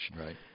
Right